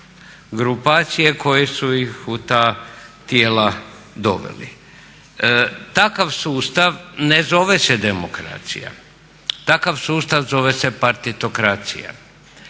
grupacije koje su ih u ta tijela doveli. Takav sustav ne zove se demokracija, takav sustav zove se partitokracija.